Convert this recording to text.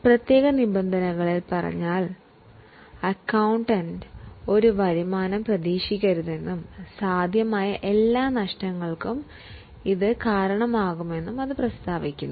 പ്രത്യേക നിബന്ധനകളിൽ പറയുകയാണെങ്കിൽ ഒരു അക്കൌണ്ടൻറ് ഏതൊരു വരുമാനവും മുൻകൂട്ടി കണക്കാക്കാൻ പാടില്ല മറിച്ചു സാധ്യമായ എല്ലാ നഷ്ടങ്ങളും കണക്കാക്കേണ്ടതാണ്